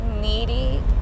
needy